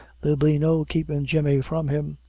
there'll be no keepin' jemmy from him.